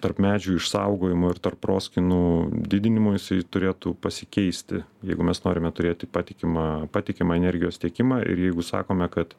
tarp medžių išsaugojimo ir tarp proskynų didinimo jisai turėtų pasikeisti jeigu mes norime turėti patikimą patikimą energijos tiekimą ir jeigu sakome kad